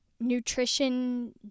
nutrition